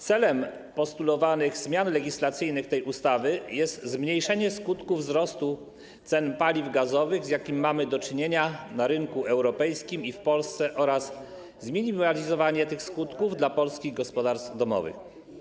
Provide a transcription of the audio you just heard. Celem postulowanych zmian legislacyjnych tej ustawy jest zmniejszenie skutków wzrostu cen paliw gazowych, z jakim mamy do czynienia na rynku europejskim i w Polsce, oraz zminimalizowanie tych skutków dla polskich gospodarstw domowych.